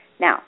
Now